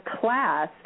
class